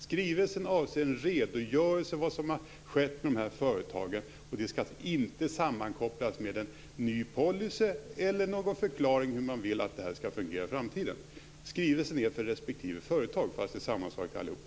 Skrivelsen avser en redogörelse av vad som har skett med de här företagen, och det skall inte sammankopplas med en ny policy eller någon förklaring av hur man vill att det här skall fungera i framtiden. Skrivelsen är för respektive företag, men det är sammanslaget för alla.